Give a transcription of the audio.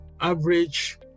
average